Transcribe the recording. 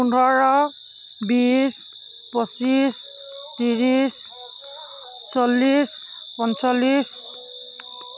পোন্ধৰ বিছ পঁছিশ ত্ৰিছ চল্লিছ পঞ্চল্লিছ